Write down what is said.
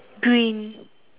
green